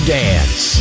dance